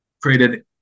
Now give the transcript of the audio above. created